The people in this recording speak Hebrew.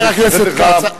לתת לך קצת נתונים.